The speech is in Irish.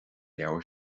leabhar